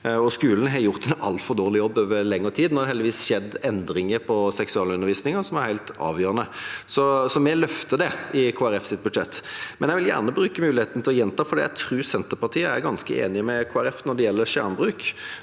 skolen har gjort en altfor dårlig jobb over lengre tid. Nå har det heldigvis skjedd endringer i seksualundervisningen som er helt avgjørende. Så vi løfter det i Kristelig Folkepartis budsjett. Men jeg vil gjerne bruke muligheten til å gjenta, for jeg tror Senterpartiet er ganske enig med Kristelig Folkeparti når det gjelder skjermbruk,